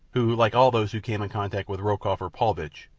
who, like all those who came in contact with rokoff or paulvitch,